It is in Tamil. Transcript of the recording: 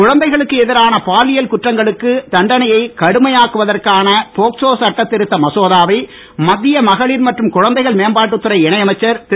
குழந்தைகளுக்கு எதிரான பாலியல் குற்றங்களுக்கு தண்டனையை கடுமையாக்குவதற்கான போக்சோ சட்டத் திருத்த மசோதாவை மத்திய மகளிர் மற்றும் குழந்தைகள் மேம்பாட்டுத்துறை இணையமைச்சர் திரு